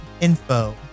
info